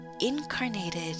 incarnated